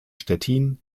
stettin